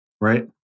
Right